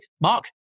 Mark